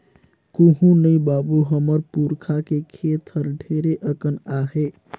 कुहू नइ बाबू, हमर पुरखा के खेत हर ढेरे अकन आहे